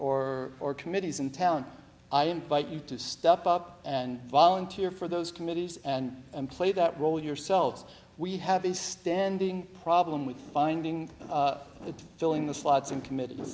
or or committees in town i invite you to step up and volunteer for those committees and play that role yourselves we have a standing problem with finding filling the slots in committe